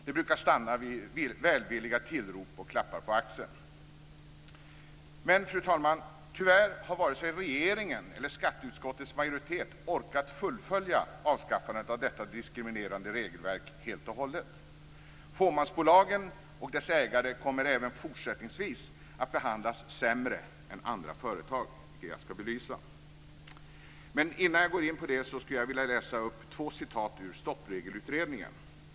Det brukar stanna vid välvilliga tillrop och klappar på axeln. Men, fru talman, tyvärr har varken regeringen eller skatteutskottets majoritet orkat fullfölja avskaffandet av detta diskriminerande regelverk helt och hållet. Fåmansbolagen och deras ägare kommer även fortsättningsvis att behandlas sämre än andra företag, vilket jag ska belysa. Innan jag går in på det skulle jag vilja läsa upp två citat ur Stoppregelutredningen.